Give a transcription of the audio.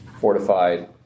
fortified